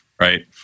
right